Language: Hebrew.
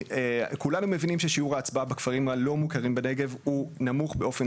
כולנו מבינים ששיעור ההצבעה בכפרים הלא מוכרים בנגב הוא נמוך באופן